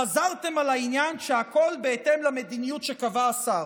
חזרתם על העניין שלפיו הכול בהתאם למדיניות שקבע השר?